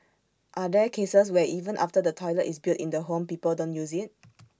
are there cases where even after the toilet is built in the home people don't use IT